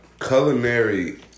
Culinary